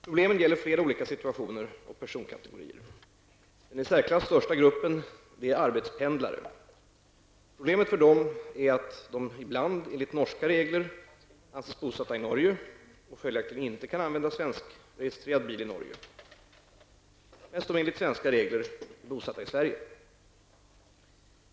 Problemen gäller flera olika situationer och personkategorier. Den i särsklass största gruppen är arbetspendlare. Problemet för dessa personer är att de ibland enligt norska regler anses bosatta i Norge, och följaktligen inte kan använda svenskregistrerad bil i Norge, medan de enligt svenska regler är bosatta i Sverige.